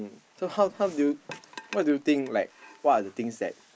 so how how do you what do you think like what are the things that